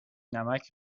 نمک